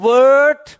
Word